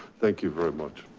thank you very much.